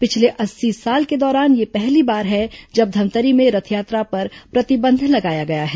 पिछले अस्सी साल के दौरान यह पहली बार है जब धमतरी में रथयात्रा पर प्रतिबंध लगाया गया है